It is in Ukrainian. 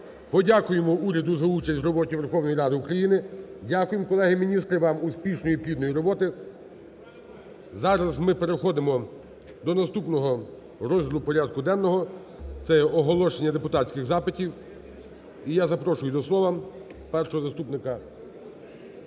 Подякуємо уряду за участь в роботі Верховної Ради України. Дякуємо, колеги міністри, вам успішної, плідної роботи. Зараз ми переходимо до наступного розділу порядку денного. Це є оголошення депутатських запитів. І я запрошую до слова першого заступника